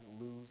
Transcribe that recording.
lose